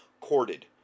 corded